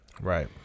Right